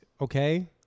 okay